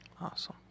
Awesome